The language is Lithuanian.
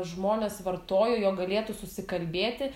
žmonės vartojo jog galėtų susikalbėti